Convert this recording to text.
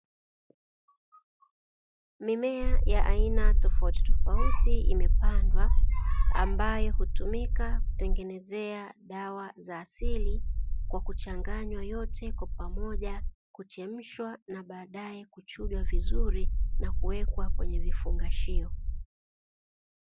Mimea ya aina tofautitofauti imepandwa, ambayo hutumika kutengenezea dawa za asili, kwa kuchanganywa yote kwa pamoja, kuchemshwa na baadaye kuchunjwa vizuri na kuwekwa kwenye vifungashio.